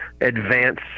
advance